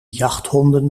jachthonden